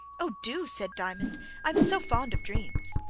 oh! do, said diamond i am so fond of dreams!